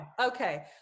Okay